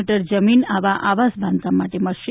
metre જમીન આવા આવાસ બાંધકામ માટે મળશે